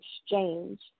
exchange